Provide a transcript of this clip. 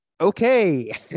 Okay